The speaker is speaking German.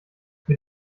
mit